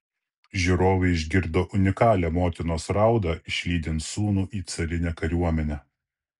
žiūrovai išgirdo unikalią motinos raudą išlydint sūnų į carinę kariuomenę